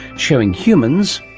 showing humans,